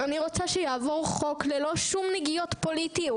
אני רוצה שיעבור חוק ללא שום נגיעות פוליטיות.